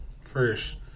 First